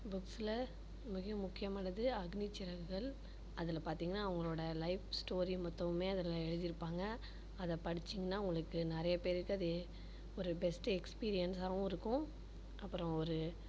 புக்ஸில் மிக முக்கியமானது அக்னி சிறகுகள் அதில் பார்த்திங்கன்னா அவங்களோட லைஃப் ஸ்டோரி மொத்தமுமே அதில் எழுதியிருப்பாங்க அதை படிச்சிங்ன்னால் உங்களுக்கு நிறைய பேருக்கு அது ஒரு பெஸ்ட்டு எக்ஸ்பீரியன்ஸ்சாகவும் இருக்கும் அப்புறம் ஒரு